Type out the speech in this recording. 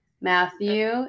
Matthew